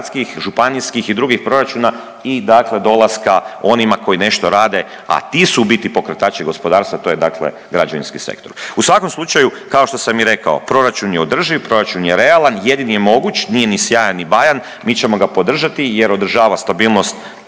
županijskih i drugih proračuna i dakle dolaska onima koji nešto rade, a ti su u biti pokretači gospodarstva, a to je dakle građevinski sektor. U svakom slučaju kao što sam i rekao, proračun je održiv, proračun je realan, jedini je moguć, nije ni sjajan, ni bajan, mi ćemo ga podržati jer održava stabilnost